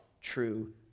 true